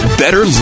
better